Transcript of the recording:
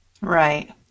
Right